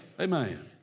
Amen